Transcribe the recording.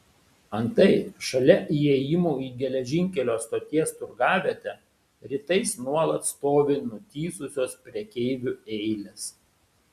antai šalia įėjimų į geležinkelio stoties turgavietę rytais nuolat stovi nutįsusios prekeivių eilės